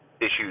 issues